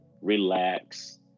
relax